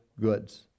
goods